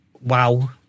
wow